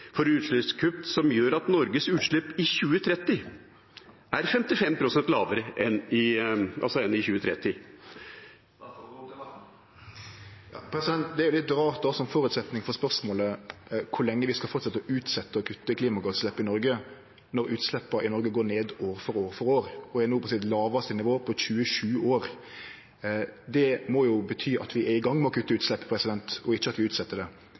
for at det kommer tiltak og virkemidler for utslippskutt som gjør at Norges utslipp i 2030 er 55 pst. lavere? Det er litt rart å ha som føresetnad for spørsmålet kor lenge vi skal fortsetje å utsetje å kutte i klimagassutslepp i Noreg, når utsleppa i Noreg går ned år for år for år og no er på sitt lågaste nivå på 27 år. Det må jo bety at vi er i gang med å kutte utslepp, ikkje at vi utset det